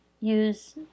use